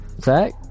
Zach